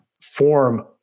form